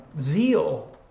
zeal